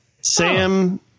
Sam